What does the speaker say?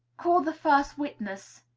call the first witness,